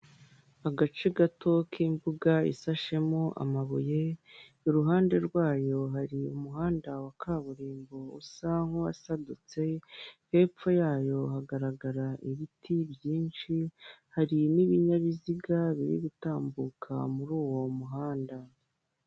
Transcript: Agace gato k'imbuga isashemo amabuye, iruhande rwayo hari umuhanda wa kaburimbo, usa nk'uwasadutse hepfo yayo hagaragara ibiti byinshi hari n'ibinyabiziga biri gutambuka muri uwo muhanda.